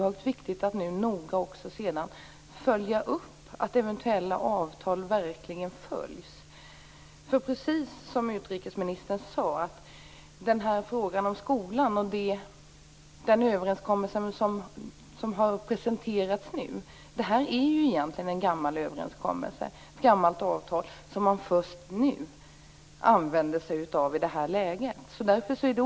Man måste också noga följa upp att avtalen verkligen uppfylls. Precis som utrikesministern sade är den överenskommelse som nu presenterats egentligen en gammal överenskommelse som man först nu tillämpar.